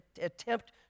attempt